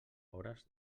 hores